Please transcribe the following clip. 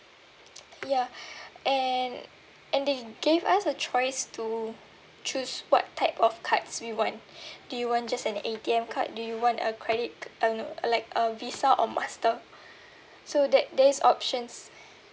ya and and they gave us a choice to choose what type of cards we want do you want just an A_T_M card do you want a credit ah no like a Visa or Master so there there is options